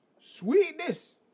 Sweetness